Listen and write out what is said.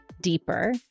deeper